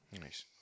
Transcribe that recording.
Nice